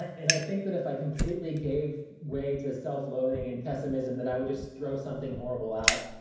and i think that if i completely gave way to self-loathing and pessimism that i would just throw something horrible out,